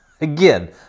Again